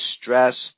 stress